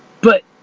but.